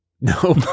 No